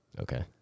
okay